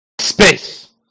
Space